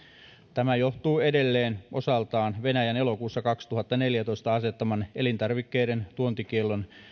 tämä johtuu edelleen osaltaan venäjän elokuussa kaksituhattaneljätoista asettamasta elintarvikkeiden tuontikiellosta